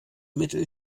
mittel